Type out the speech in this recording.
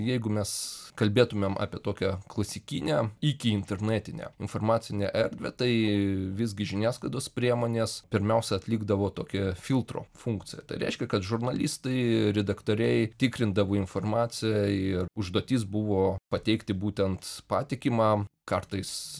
jeigu mes kalbėtumėm apie tokią klasikinę iki internetinę informacinę erdvę tai visgi žiniasklaidos priemonės pirmiausia atlikdavo tokią filtro funkciją tai reiškia kad žurnalistai redaktoriai tikrindavo informaciją ir užduotis buvo pateikti būtent patikimą kartais